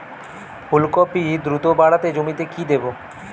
ফুলকপি দ্রুত বাড়াতে জমিতে কি দেবো?